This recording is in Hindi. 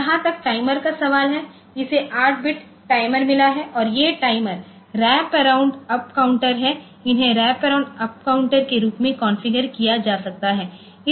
जहां तक टाइमर का सवाल है इसे 8 बिट टाइमर मिला है और ये timer wrap around up counter हैं इन्हें रैप अराउंड अप काउंटर के रूप में कॉन्फ़िगर किया जा सकता है